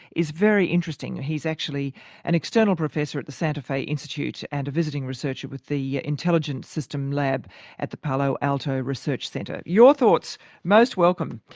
is very interesting. he's actually an external professor at the santa fe institute and a visiting researcher with the intelligent systems lab at the palo alto research centre. your thoughts most welcome.